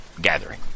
Gathering